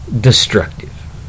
destructive